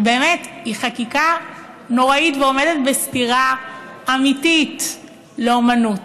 שהיא באמת חקיקה נוראית ועומדת בסתירה אמיתית לאומנות.